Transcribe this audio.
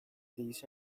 days